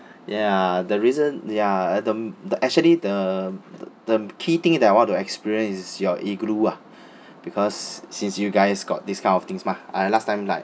ya the reason ya the m~ actually the the key thing that I want to experience is your igloo ah because since you guys got this kind of things mah I last time like